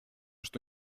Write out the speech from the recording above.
что